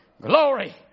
Glory